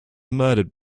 murdered